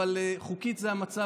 אבל חוקית זה המצב,